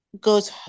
goes